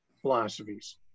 philosophies